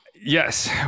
Yes